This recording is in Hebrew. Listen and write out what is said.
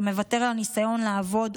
אתה מוותר על הניסיון לעבוד,